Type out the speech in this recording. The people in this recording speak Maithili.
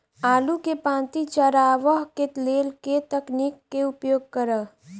आलु केँ पांति चरावह केँ लेल केँ तकनीक केँ उपयोग करऽ?